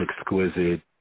exquisite